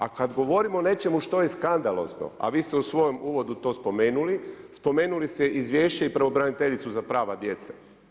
A kada govorimo o nečemu što je skandalozno, a vi ste u svojem uvodu to spomenuli, spomenuli ste izvješće i pravobraniteljicu za prava djece.